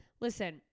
Listen